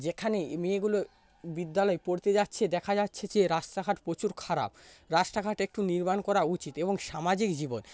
যেখানে এই মেয়েগুলো বিদ্যালয়ে পড়তে যাচ্ছে দেখা যাচ্ছে যে রাস্তাঘাট প্রচুর খারাপ রাস্তাঘাট একটু নির্মাণ করা উচিত এবং সামাজিক জীবন